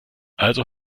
also